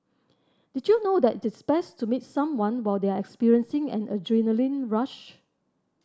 did you know that it is best to meet someone while they are experiencing an adrenaline rush